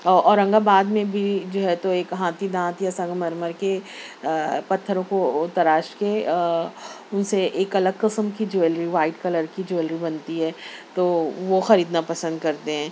اورنگ آباد میں بھی جو ہے تو ایک ہاتھی دانت یا سنگ مرمر کے پتھروں کو تراش کے اسے ایک الگ قسم کی جویلری وائٹ کلر کی جویلری بنتی ہے تو وہ خریدنا پسند کرتے ہیں